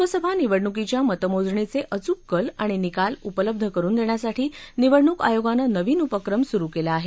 लोकसभा निवडणुकीच्या मतमोजणीचे अचूक कल आणि निकाल उपलब्ध करुन देण्यासाठी निवडणूक आयोगानं नवीन उपक्रम सुरु केला आहे